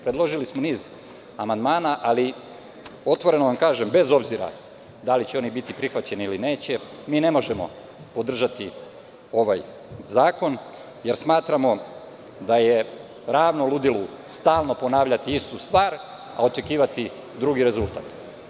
Predložili smo niz amandmana, ali otvoreno vam kažem, bez obzira da li će oni biti prihvaćeni ili neće, mi ne možemo podržati ovaj zakon jer smatramo da je ravno ludilu stalno ponavljati istu stvar, a očekivati drugi rezultat.